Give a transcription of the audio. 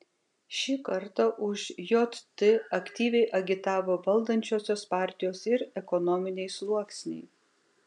šį kartą už jt aktyviai agitavo valdančiosios partijos ir ekonominiai sluoksniai